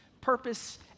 purpose